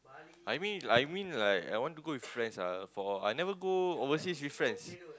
I mean I mean like I want to go with friends ah for I never go overseas with friends